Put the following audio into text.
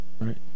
right